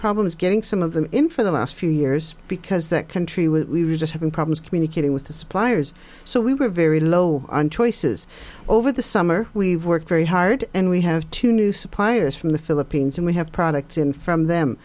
problems getting some of them in for the last few years because that country we was just having problems communicating with the suppliers so we were very low on choices over the summer we worked very hard and we have two new suppliers from the philippines and we have products in from them